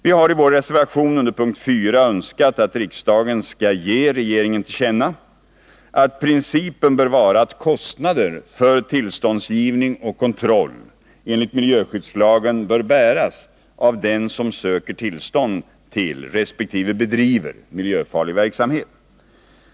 Vi har i vår reservation under p. 4 önskat att riksdagen skall ge regeringen till känna att principen bör vara att kostnader för tillståndsgivning och kontroll enligt miljöskyddslagen bör bäras av den som söker tillstånd till resp. bedriver miljöfarlig verksamhet.